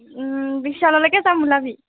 বিশাললৈকে যাম ওলাবি